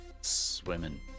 swimming